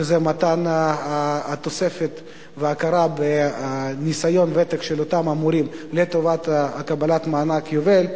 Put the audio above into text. שזה מתן התוספת וההכרה בניסיון ובוותק של אותם המורים לטובת מענק יובל.